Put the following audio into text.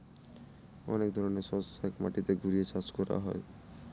অনেক ধরনের শস্য এক মাটিতে ঘুরিয়ে চাষ করা হয়